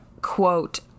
quote